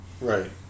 Right